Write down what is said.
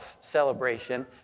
celebration